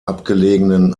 abgelegenen